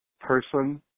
person